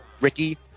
Ricky